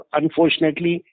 unfortunately